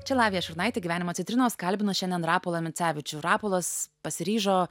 čia lavija šurnaitė gyvenimo citrinos kalbinu šiandien rapolą micevičių rapolas pasiryžo